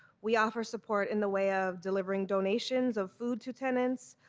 we offer support in the way of delivering donations of food to tenants,